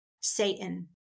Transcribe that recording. Satan